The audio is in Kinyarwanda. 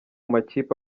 makipe